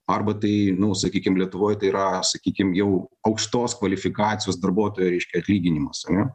arba tai nu sakykim lietuvoj tai yra sakykim jau aukštos kvalifikacijos darbuotojo reiškia atlyginimas ane